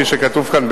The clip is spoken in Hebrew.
כפי שכתוב כאן,